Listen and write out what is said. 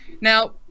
Now